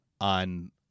On